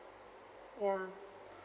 ya